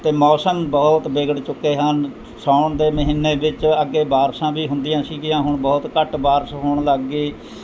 ਅਤੇ ਮੌਸਮ ਬਹੁਤ ਵਿਗੜ ਚੁੱਕੇ ਹਨ ਸਾਉਣ ਦੇ ਮਹੀਨੇ ਵਿੱਚ ਅੱਗੇ ਬਾਰਿਸ਼ਾਂ ਵੀ ਹੁੰਦੀਆਂ ਸੀਗੀਆਂ ਹੁਣ ਬਹੁਤ ਘੱਟ ਬਾਰਿਸ਼ ਹੋਣ ਲੱਗ ਗਈ